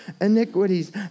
iniquities